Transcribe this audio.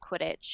Quidditch